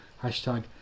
hashtag